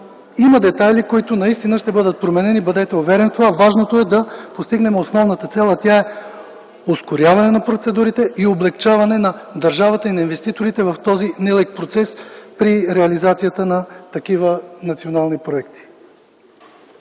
има детайли, които наистина ще бъдат променени, бъдете уверен. Важното е да постигнем основната цел, а тя е ускоряване на процедурите и облекчаване на държавата и на инвеститорите в този нелек процес при реализацията на такива национални проекти.